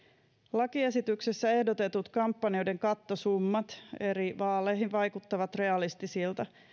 lakiesityksessä ehdotetut kampanjoiden kattosummat eri vaaleihin vaikuttavat realistisilta